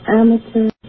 amateur